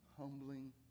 humbling